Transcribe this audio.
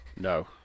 no